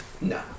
No